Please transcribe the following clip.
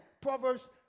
Proverbs